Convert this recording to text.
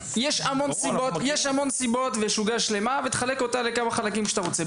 יש המון סיבות ויש עוגה שלמה ותחלק אותה לכמה חלקים שאתה רוצה.